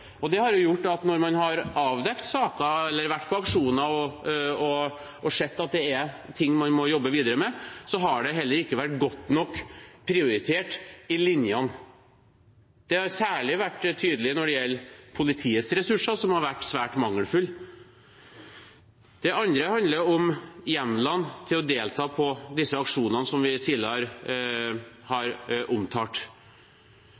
Det har gjort at når man har avdekket saker eller vært på aksjoner og sett at det er ting man må jobbe videre med, har det heller ikke vært godt nok prioritert i linjene. Det har særlig vært tydelig når det gjelder politiets ressurser, som har vært svært mangelfulle. Det handler også om hjemlene til å delta på disse aksjonene, som vi tidligere